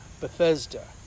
Bethesda